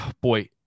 boy